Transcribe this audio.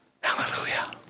Hallelujah